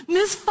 Miss